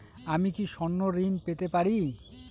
আমি কি স্বর্ণ ঋণ পেতে পারি?